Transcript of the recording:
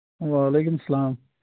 وعلیکُم سَلام